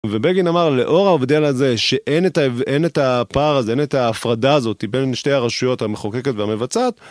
ובגין אמר, לאור העובדה לזה שאין את הפער הזה, אין את ההפרדה הזאתי בין שתי הרשויות המחוקקת והמבצעת,